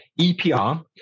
epr